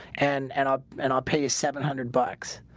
and and i'll and i'll pay you seven hundred bucks,